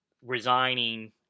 resigning